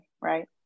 right